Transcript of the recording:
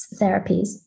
therapies